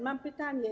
Mam pytanie.